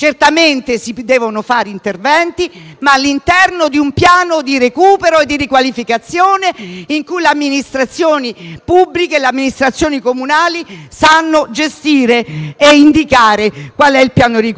devono fare interventi, ma all'interno di un piano di recupero e di riqualificazione, in cui le amministrazioni pubbliche, le amministrazioni comunali, sappiano gestire e indicare qual è il piano di riqualificazione.